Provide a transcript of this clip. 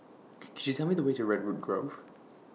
Could YOU Tell Me The Way to Redwood Grove